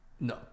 No